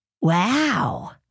Wow